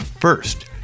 First